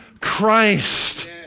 Christ